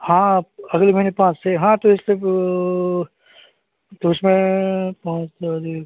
हाँ अगले महीने पाँच से हाँ तो इससे वो तो इसमें पाँच तारीख